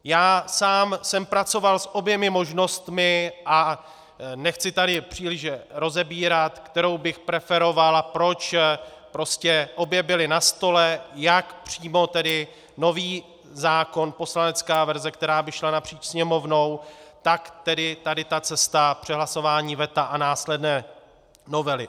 Já sám jsem pracoval s oběma možnostmi a nechci tady příliš rozebírat, kterou bych preferoval a proč, prostě obě byly na stole, jak přímo tedy nový zákon, poslanecká verze, která by šla napříč Sněmovnou, tak tedy tady ta cesta přehlasování veta a následné novely.